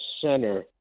center